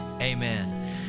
amen